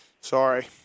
Sorry